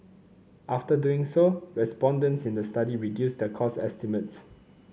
after doing so respondents in the study reduced their cost estimates